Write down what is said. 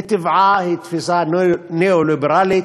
מטבעה היא תפיסה ניאו-ליברלית,